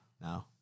No